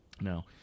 No